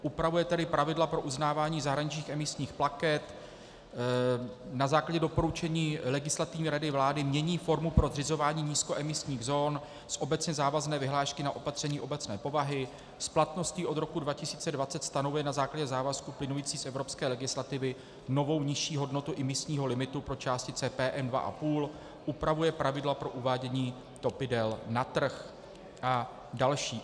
Upravuje tedy pravidla pro uznávání zahraničních emisních plaket, na základě doporučení Legislativní rady vlády mění formu pro zřizování nízkoemisních zón z obecně závazné vyhlášky na opatření obecné povahy, s platností od roku 2020 stanovuje na základě závazků plynoucích z evropské legislativy novou, nižší hodnotu imisního limitu pro částice PM2,5, upravuje pravidla pro uvádění topidel na trh a další.